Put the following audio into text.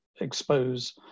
expose